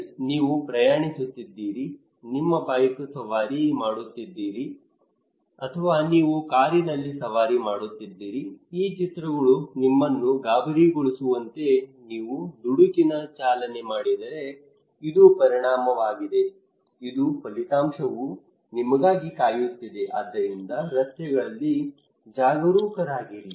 ಸರಿ ನೀವು ಪ್ರಯಾಣಿಸುತ್ತಿದ್ದೀರಿ ನೀವು ಬೈಕ ಸವಾರಿ ಮಾಡುತ್ತಿದ್ದೀರಿ ಅಥವಾ ನೀವು ಕಾರಿನಲ್ಲಿ ಸವಾರಿ ಮಾಡುತ್ತಿದ್ದೀರಿ ಈ ಚಿತ್ರಗಳು ನಿಮ್ಮನ್ನು ಗಾಬರಿಗೊಳಿಸುವಂತೆ ನೀವು ದುಡುಕಿನ ಚಾಲನೆ ಮಾಡಿದರೆ ಇದು ಪರಿಣಾಮವಾಗಿದೆ ಇದು ಫಲಿತಾಂಶವು ನಿಮಗಾಗಿ ಕಾಯುತ್ತಿದೆ ಆದ್ದರಿಂದ ರಸ್ತೆಗಳಲ್ಲಿ ಜಾಗರೂಕರಾಗಿರಿ